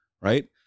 right